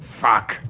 Fuck